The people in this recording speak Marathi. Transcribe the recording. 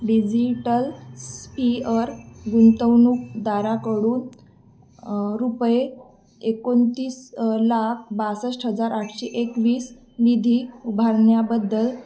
डिजिटलस्पीअर गुंतवणूकदारांकडून रुपये एकोणतीस लाख बासष्ट हजार आठशे एकवीस निधी उभारण्याबद्दल